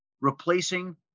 replacing